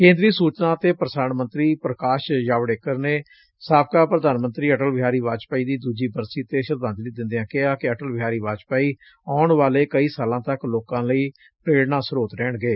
ਕੇਂਦਰੀ ਸੁਚਨਾ ਤੇ ਪੁਸਾਰਣ ਮੰਤਰੀ ਪੁਕਾਸ਼ ਜਾਵਤੇਕਰ ਨੇ ਸਾਬਕਾ ਪੁਧਾਨ ਮੰਤਰੀ ਅਟਲ ਬਿਹਾਰੀ ਵਾਜਪੇਈ ਦੀ ਦੁਜੀ ਬਰਸੀ ਤੇ ਸ਼ਰਧਾਜਲੀ ਦਿਦੇ ਕਿਹਾ ਕਿ ਅਟਲ ਬਿਹਾਰੀ ਵਾਜਪੇਈ ਆਉਣ ਵਾਲੇ ਕਈ ਸਾਲਾ ਤੱਕ ਲੋਕਾਂ ਲਈ ਪ੍ਰੇਰਣਾ ਸ੍ਰੋਤ ਰਹਿਣਗੇ